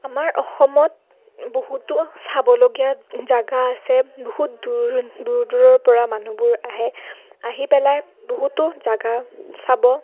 আমাৰ অসমত বহুতো চাবলগীয়া জেগা আছে বহুত দূৰ দূৰ দূৰৰ পৰা মানুহবোৰ আহে আহি পেলাই বহুতো জেগা চাব